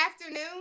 afternoon